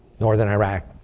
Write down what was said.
northern iraq,